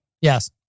Yes